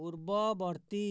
ପୂର୍ବବର୍ତ୍ତୀ